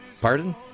Pardon